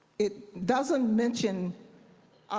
it doesn't mention